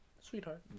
Sweetheart